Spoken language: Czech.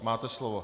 Máte slovo.